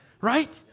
right